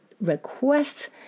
requests